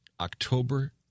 October